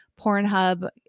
Pornhub